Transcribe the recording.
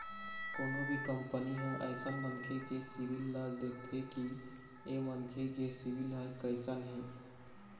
कोनो भी कंपनी ह अइसन मनखे के सिविल ल देखथे कि ऐ मनखे के सिविल ह कइसन हे